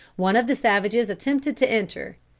one of the savages attempted to enter.